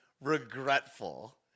regretful